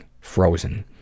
frozen